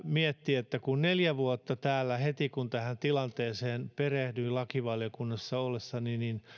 miettii että neljä vuotta sitten heti kun tähän tilanteeseen perehdyin lakivaliokunnassa ollessani